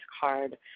card